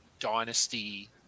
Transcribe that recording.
dynasty